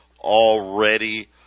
already